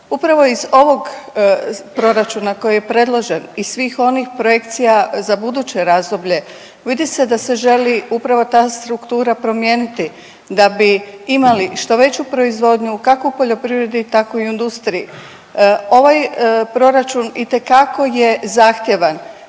Upravo iz ovog proračuna koji je predložen i svih onih projekcija za buduće razdoblje vidi se da se želi upravo ta struktura promijeniti da bi imali što veću proizvodnju kako u poljoprivredi tako i u industriji. Ovaj proračun itekako je zahtjevan